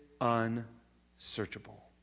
unsearchable